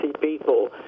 people